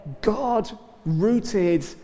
God-rooted